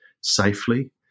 safely